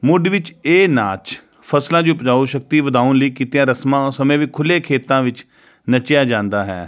ਮੁੱਢ ਵਿੱਚ ਇਹ ਨਾਚ ਫਸਲਾਂ ਦੀ ਉਪਜਾਊ ਸ਼ਕਤੀ ਵਧਾਉਣ ਲਈ ਕੀਤੀਆਂ ਰਸਮਾਂ ਦਾ ਸਮੇਂ ਵੀ ਖੁੱਲੇ ਖੇਤਾਂ ਵਿੱਚ ਨੱਚਿਆਂ ਜਾਂਦਾ ਹੈ